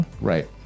Right